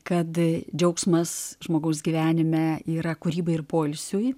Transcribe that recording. kad džiaugsmas žmogaus gyvenime yra kūrybai ir poilsiui